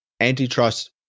antitrust